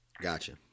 Gotcha